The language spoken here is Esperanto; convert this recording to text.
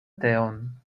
teon